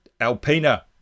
Alpina